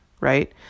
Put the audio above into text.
right